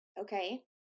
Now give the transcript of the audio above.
Okay